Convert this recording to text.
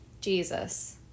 jesus